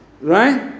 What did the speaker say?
Right